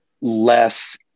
less